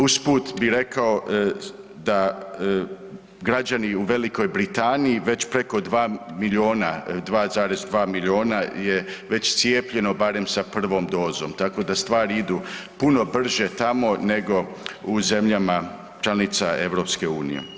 Usput bih rekao da građani u Velikoj Britaniji već preko 2 milijuna, 2,2 milijuna je već cijepljeno barem sa prvom dozom tako da stvari idu puno brže tamo nego u zemljama članicama EU.